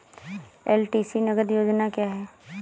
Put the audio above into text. LTC नगद योजना क्या है?